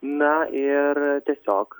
na ir tiesiog